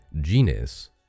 genus